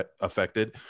affected